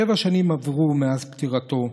שבע שנים עברו מאז פטירתו,